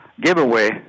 giveaway